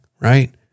right